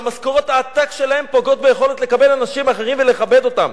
שמשכורות העתק שלהם פוגעות ביכולת לקבל אנשים אחרים ולכבד אותם.